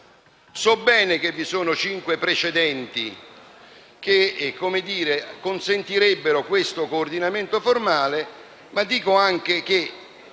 So bene che vi sono cinque precedenti che consentirebbero questo coordinamento formale, ma dico anche che,